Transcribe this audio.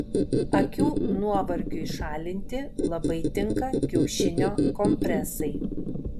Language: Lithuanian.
akių nuovargiui šalinti labai tinka kiaušinio kompresai